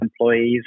employees